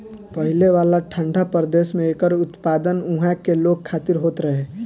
पहिले वाला ठंडा प्रदेश में एकर उत्पादन उहा के लोग खातिर होत रहे